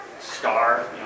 star